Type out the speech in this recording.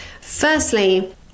Firstly